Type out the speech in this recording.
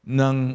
ng